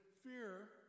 fear